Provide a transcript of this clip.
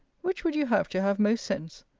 which would you have to have most sense,